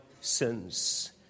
sins